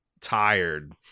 tired